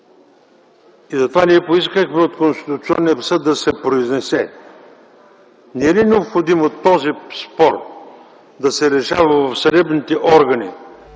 Затова ние поискахме от Конституционния съд да се произнесе – необходимо ли е този спор да се решава в съдебните органи,